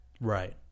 Right